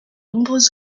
nombreux